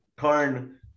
turn